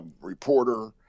reporter